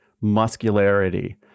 muscularity